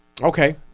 Okay